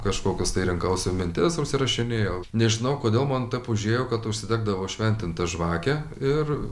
kažkokius tai rinkausi mintis užsirašinėjau nežinau kodėl man taip užėjo kad užsidegdavau šventintą žvakę ir